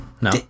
No